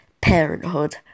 Parenthood